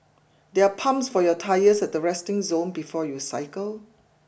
there are pumps for your tyres at the resting zone before you cycle